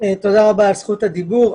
תודה רבה על זכות הדיבור.